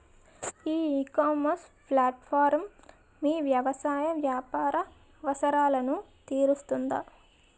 ఈ ecommerce platform మీ వ్యవసాయ వ్యాపార అవసరాలను తీరుస్తుందా?